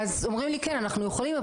אז אומרים לי "כן אנחנו יכולים,